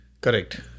Correct